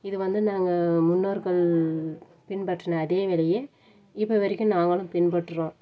இது வந்து நாங்கள் முன்னோர்கள் பின்பற்றின அதே வேலையை இப்போ வரைக்கும் நாங்களும் பின்பற்றுகிறோம்